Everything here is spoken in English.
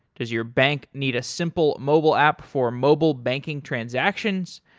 does your bank need a simple mobile app for mobile banking transactions?